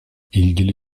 i̇lgili